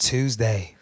Tuesday